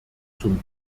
zum